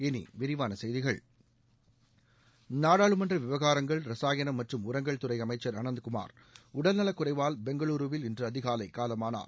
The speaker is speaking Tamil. இனி விரிவான செய்திகள் நாடாளுமன்ற விவகாரங்கள் ரசாயணம் மற்றும் உரங்கள் துறை அமைச்சர் அனந்த் குமார் உடல்நலக்குறைவால் பெங்களுருவில் இன்று அதிகாலை காலமானார்